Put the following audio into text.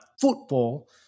football